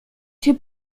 się